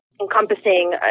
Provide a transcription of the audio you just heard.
encompassing